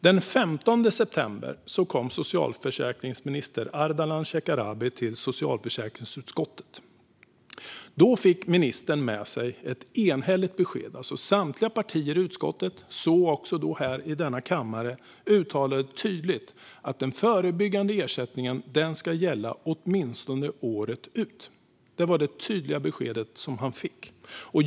Den 15 september kom socialförsäkringsminister Ardalan Shekarabi till socialförsäkringsutskottet. Då fick ministern med sig ett enhälligt besked. Samtliga partier i utskottet, och även i denna kammare, uttalade tydligt att den förebyggande ersättningen skulle gälla åtminstone året ut. Det var det tydliga besked han fick.